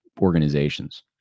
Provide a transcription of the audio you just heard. organizations